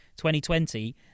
2020